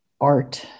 art